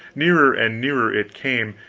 nearer and nearer it came,